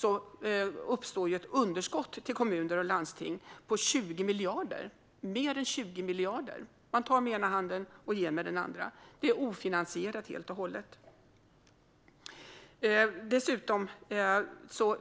kan man se att det uppstår ett underskott till kommuner och landsting på mer än 20 miljarder. Man tar med den ena handen och ger med den andra. Det är helt och hållet ofinansierat.